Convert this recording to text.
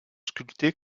sculpté